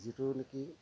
যিটো নেকি